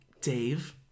Dave